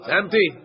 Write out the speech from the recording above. empty